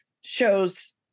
shows